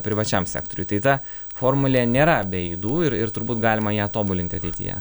privačiam sektoriui tai ta formulė nėra be ydų ir ir turbūt galima ją tobulinti ateityje